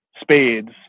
Spades